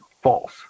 false